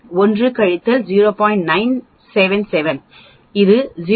977 இது 0